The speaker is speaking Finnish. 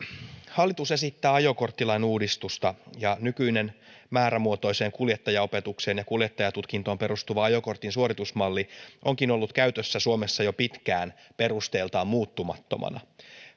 hallitus esittää ajokorttilain uudistusta ja nykyinen määrämuotoiseen kuljettajaopetukseen ja kuljettajatutkintoon perustuva ajokortin suoritusmalli onkin ollut käytössä suomessa jo pitkään perusteiltaan muuttumattomana